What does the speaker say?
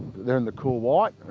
they're in the cool white,